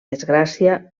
desgràcia